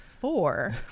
four